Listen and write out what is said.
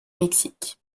mexique